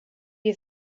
you